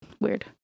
weird